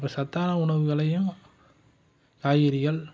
அப்போ சத்தான உணவுகளையும் காய்கறிகள்